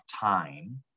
time